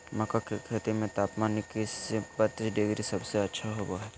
मक्का के खेती में तापमान इक्कीस से बत्तीस डिग्री सबसे अच्छा होबो हइ